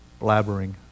blabbering